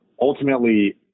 ultimately